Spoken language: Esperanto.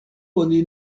oni